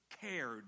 cared